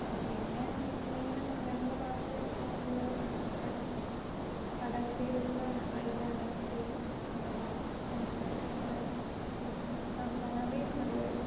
പിന്നെ മീനെന്ന് ഞങ്ങളുടെ ഭാഗത്ത് ഏറ്റവും കൂടുതൽ എന്താണ് പറയുക കടൽ തീരത്ത് അയില മത്തി കണവ എന്നു പറയുന്ന കുറേ മീൻ ആ കണവയും നല്ല ഒരു